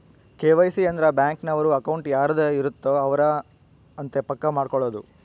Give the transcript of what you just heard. KYC ಅಂದ್ರ bank ನವರು account ಯಾರದ್ ಇರತ್ತ ಅವರೆ ಅಂತ ಪಕ್ಕ ಮಾಡ್ಕೊಳೋದು